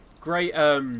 Great